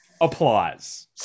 applause